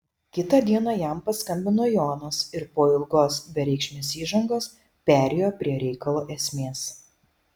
kitą dieną jam paskambino jonas ir po ilgos bereikšmės įžangos perėjo prie reikalo esmės